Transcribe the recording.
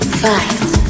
fight